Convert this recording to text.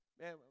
man